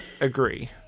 agree